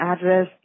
address